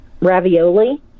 ravioli